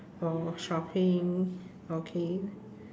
or shopping okay